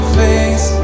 face